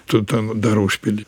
tu ten dar užpildyt